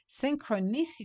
Synchronicity